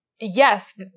yes